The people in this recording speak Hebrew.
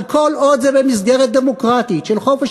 אבל כל עוד זה במסגרת דמוקרטית של חופש